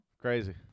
Crazy